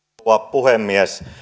puhemies